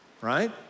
right